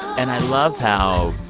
and i love how,